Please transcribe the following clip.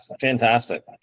Fantastic